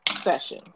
session